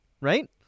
Right